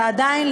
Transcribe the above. שעדיין,